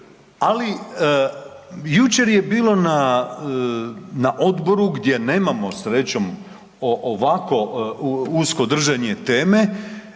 ali jučer je bilo na odboru gdje nemamo srećom ovako usko držanje teme,